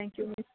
thank you miss